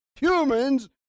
Humans